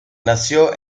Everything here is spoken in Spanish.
nació